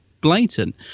blatant